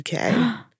UK